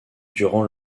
durant